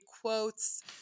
quotes